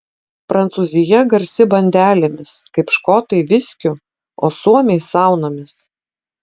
prancūzija garsi bandelėmis kaip škotai viskiu o suomiai saunomis